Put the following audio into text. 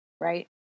right